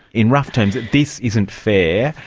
in rough terms, this isn't fair,